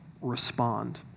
respond